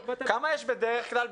כמה יש בדרך כלל,